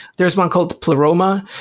there is one called the pleroma,